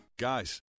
Guys